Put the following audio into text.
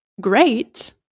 great